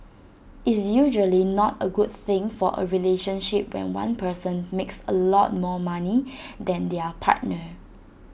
it's usually not A good thing for A relationship when one person makes A lot more money than their partner